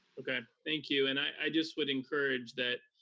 okay, thank you. and i just would encourage that